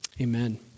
Amen